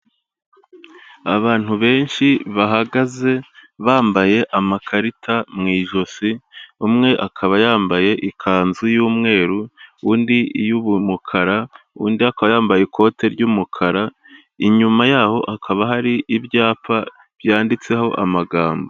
Abantu benshi bahagaze bambaye amakarita mu ijosi. Umwe akaba yambaye ikanzu y'umweru, undi y'umukara, undi akaba yambaye ikote ry'umukara. Inyuma yaho hakaba hari ibyapa byanditseho amagambo.